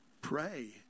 pray